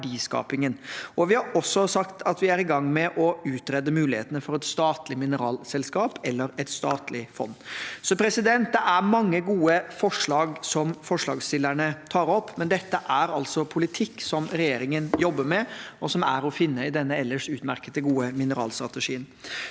Vi har også sagt at vi er i gang med å utrede mulighetene for et statlig mineralselskap eller et statlig fond. Det er mange gode forslag forslagsstillerne tar opp, men dette er altså politikk som regjeringen jobber med, og som er å finne i denne ellers utmerket gode mineralstrategien.